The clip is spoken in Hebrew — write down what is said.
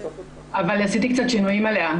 אבל עשיתי קצת שינויים עליה.